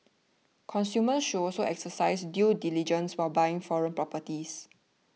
consumers should also exercise due diligence when buying foreign properties